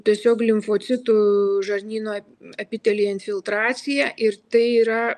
tiesiog limfocitų žarnyno epitelyje infiltracija ir tai yra